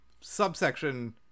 subsection